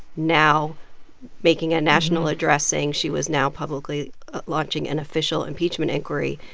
now making a national address saying she was now publicly launching an official impeachment inquiry,